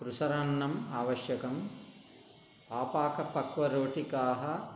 कृसरान्नम् आवश्यकम् आपाकपक्वरोटिकाः